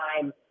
time